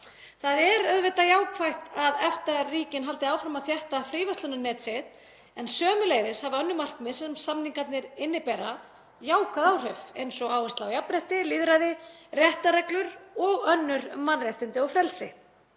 Það er auðvitað jákvætt að EFTA-ríkin haldi áfram að þétta fríverslunarnet sitt en sömuleiðis hafa önnur markmið sem samningarnir innibera jákvæð áhrif, eins og áhersla á jafnrétti, lýðræði, réttarreglur og önnur mannréttindi og frelsi.